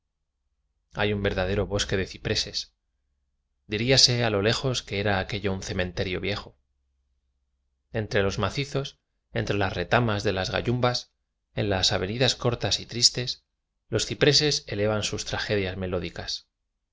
hay un verdadero bosque de cipreces diríase a lo lejos que era aquello un cemen terio viejo entre los macizos entre as retamas de las gallumbas en las avenidas cortas y tristes los cipreces elevan sus tra gedias melódicas